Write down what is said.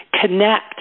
connect